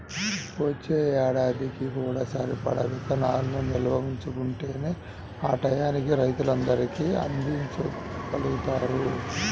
వచ్చే ఏడుకి కూడా సరిపడా ఇత్తనాలను నిల్వ ఉంచుకుంటేనే ఆ టైయ్యానికి రైతులందరికీ అందిచ్చగలుగుతారు